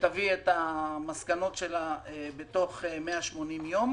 שתביא את המסקנות שלה בתוך 180 יום.